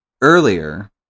earlier